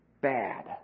bad